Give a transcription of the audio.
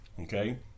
okay